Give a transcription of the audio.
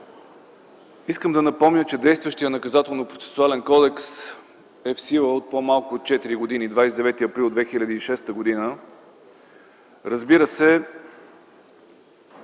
Искам да напомня, че действащият Наказателно-процесуален кодекс е в сила по-малко от четири години – 29 април 2006 г. Разбира се,